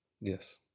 Yes